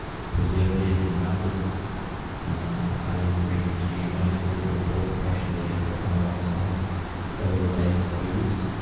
preservatives and numbers you know, are these ingredients gmo. so these are important questions i guess that come alongside cellular-based foods.